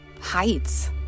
heights